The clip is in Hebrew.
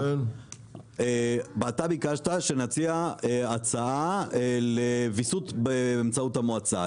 אתה ביקשת שנציע הצעה לוויסות באמצעות המועצה.